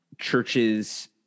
churches